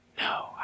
No